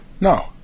No